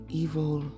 evil